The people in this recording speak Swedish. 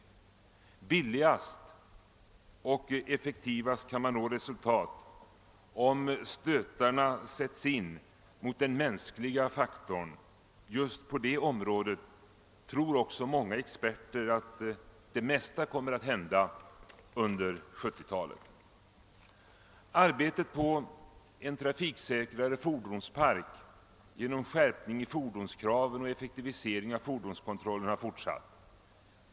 Billigast och effektivast kan man nå resultat om stötarna sätts in mot den mänskliga faktorn. Just på det området tror också många experter att de största framstegen kommer att göras under 1970-talet. Arbetet på en trafiksäkrare fordonspark genom skärpning av fordonskraven och effektivisering av fordonskontrollen har fortsatt.